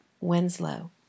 Winslow